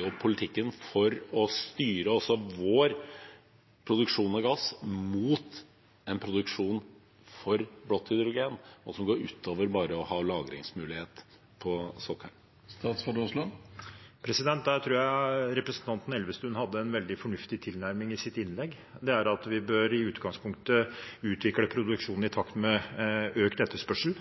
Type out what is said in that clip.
opp politikken for å styre også vår produksjon av gass mot en produksjon for blått hydrogen som går utover bare å ha lagringsmulighet på sokkelen? Der tror jeg representanten Elvestuen hadde en veldig fornuftig tilnærming i sitt innlegg. Det er at vi i utgangspunktet bør utvikle produksjonen i takt med økt etterspørsel.